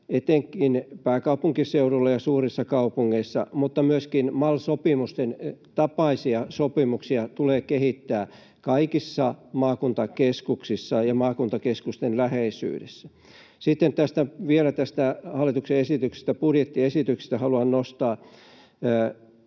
etenkin pääkaupunkiseudulla ja suurissa kaupungeissa, mutta myöskin MAL-sopimusten tapaisia sopimuksia tulee kehittää kaikissa maakuntakeskuksissa ja maakuntakeskusten läheisyydessä. Sitten vielä tästä hallituksen budjettiesityksestä haluan nostaa